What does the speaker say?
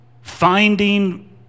finding